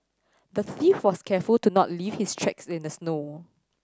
the thief was careful to not leave his tracks in the snow